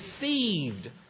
deceived